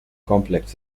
complex